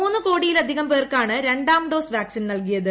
മൂന്ന് കോടിയിലധികം പേർക്കാണ് രണ്ടാം ഡോസ് വാക്സിൻ നൽകിയത്